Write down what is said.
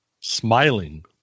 smiling